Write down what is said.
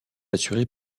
assurée